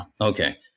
Okay